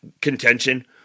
contention